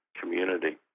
community